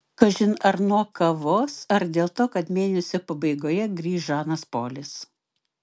kažin ar nuo kavos ar dėl to kad mėnesio pabaigoje grįš žanas polis